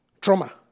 Trauma